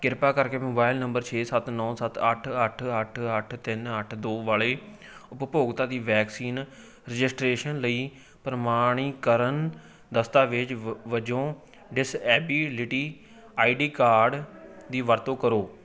ਕਿਰਪਾ ਕਰਕੇ mobile number ਛੇ ਸੱਤ ਨੌ ਸੱਤ ਅੱਠ ਅੱਠ ਅੱਠ ਅੱਠ ਤਿੰਨ ਅੱਠ ਦੋ ਵਾਲੇ ਉਪਭੋਗਤਾ ਦੀ ਵੈਕਸੀਨ ਰਜਿਸਟ੍ਰੇਸ਼ਨ ਲਈ ਪ੍ਰਮਾਣੀਕਰਨ ਦਸਤਾਵੇਜ਼ ਵ ਵਜੋਂ ਡਿਸਐਬੀਲਿਟੀ ਆਈ ਡੀ ਕਾਰਡ ਦੀ ਵਰਤੋਂ ਕਰੋ